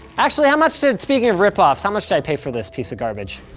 actually, how much did, speaking of rip-offs, how much did i pay for this piece of garbage?